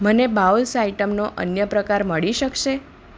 મને બાઉલ્સ આઈટમનો અન્ય પ્રકાર મળી શકશે